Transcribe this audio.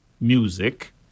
music